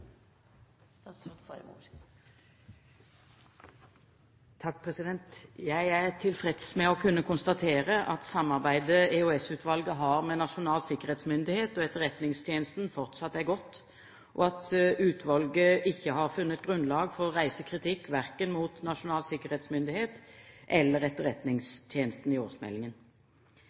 tilfreds med å kunne konstatere at samarbeidet EOS-utvalget har med Nasjonal sikkerhetsmyndighet og Etterretningstjenesten, fortsatt er godt, og at utvalget ikke har funnet grunnlag for å reise kritikk verken mot Nasjonal sikkerhetsmyndighet eller Etterretningstjenesten i